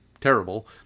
terrible